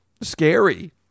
scary